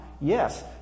Yes